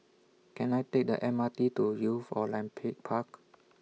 Can I Take The M R T to Youth Olympic Park